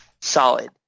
solid